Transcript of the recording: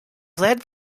led